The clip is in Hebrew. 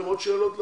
עוד שאלות לאנשים?